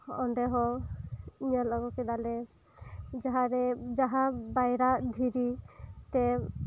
ᱚᱸᱰᱮ ᱦᱚᱸᱧ ᱧᱮᱞ ᱟᱹᱜᱩ ᱠᱮᱫᱟᱞᱮ ᱡᱟᱦᱟᱸᱨᱮ ᱡᱟᱦᱟᱸ ᱵᱟᱨᱭᱟ ᱫᱷᱤᱨᱤ ᱛᱮ